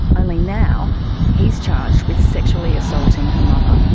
only now he's charged with sexually assaulting her mother.